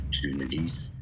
opportunities